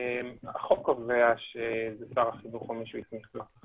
החוק קובע שזה שר החינוך או מי שהוא הסמיך לכך.